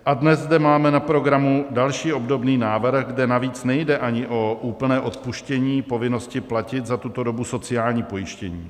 A dnes zde máme na programu další, obdobný návrh, kde navíc ani nejde o úplné odpuštění povinnosti platit za tuto dobu sociální pojištění.